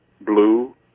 blue